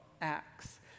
Acts